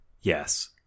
Yes